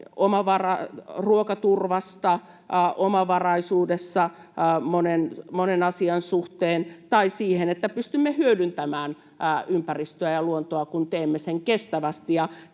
ruokaturvasta, omavaraisuudessa monen asian suhteen tai siinä, että pystymme hyödyntämään ympäristöä ja luontoa, kun teemme sen kestävästi.